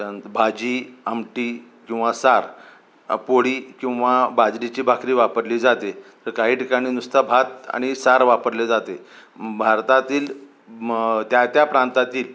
त्यानंतर भाजी आमटी किंवा सार पोळी किंवा बाजरीची भाकरी वापरली जाते तर काही ठिकाणी नुसता भात आणि सार वापरले जाते भारतातील मग त्या त्या प्रांतातील